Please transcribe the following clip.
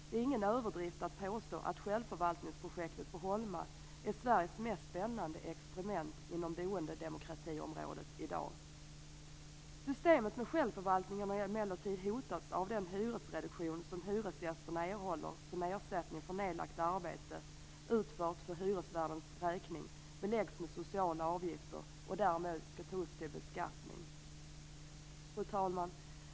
Det är ingen överdrift att påstå att självförvaltningsprojektet i Holma är Sveriges mest spännande experiment inom boendedemokratiområdet i dag. Systemet med självförvaltning har emellertid hotats av att den hyresreduktion som hyresgästerna erhåller som ersättning för nedlagt arbete utfört för hyresvärdens räkning beläggs med sociala avgifter och därmed skall tas upp till beskattning. Fru talman!